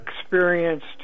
experienced